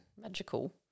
magical